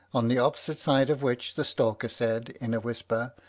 on the opposite side of which the stalker said, in a whisper,